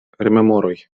rememoroj